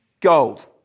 Gold